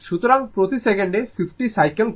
সুতরাং প্রতি সেকেন্ডে 50 সাইকেল করে